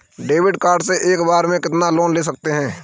Credit card से एक बार में कितना लोन ले सकते हैं?